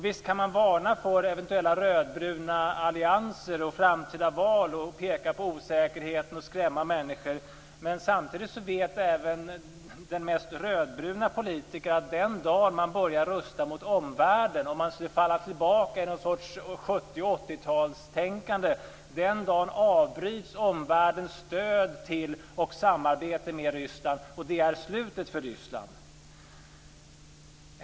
Visst kan man varna för eventuella rödbruna allianser och framtida val, peka på osäkerheten och skrämma människor. Samtidigt vet även den mest rödbruna politikern att den dag man börjar rusta mot omvärlden - om man skulle falla tillbaka till någon sorts 70 och 80-talstänkande - avbryts omvärldens stöd till och samarbete med Ryssland. Det är slutet för Ryssland. Fru talman!